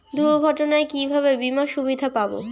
দুর্ঘটনায় কিভাবে বিমার সুবিধা পাব?